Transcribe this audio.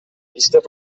иштеп